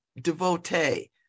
devotee